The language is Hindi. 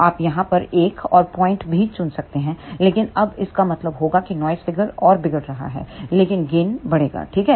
आप यहां पर एक और पॉइंट भी चुन सकते हैं लेकिन तब इसका मतलब होगा कि नॉइज़ फ़िगर और बिगड़ रहा है लेकिन गेन बढ़ेगा ठीक है